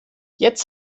jetzt